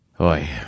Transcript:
Oi